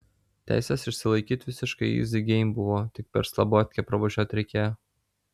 teises išsilaikyt visiškai yzi geim buvo tik per slabotkę pravažiuot reikėjo